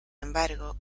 embargo